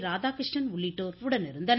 ராதாகிருஷ்ணன் உள்ளிட்டோர் உடனிருந்தனர்